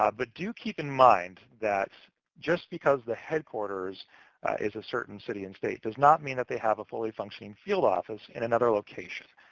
ah but to keep in mind that just because the headquarters is a certain city and state does not mean they have a fully functioning field office in another location.